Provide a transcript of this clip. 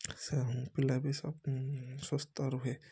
ସେ ପିଲା ବି ସୁସ୍ଥ ରୁହେ